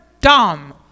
dumb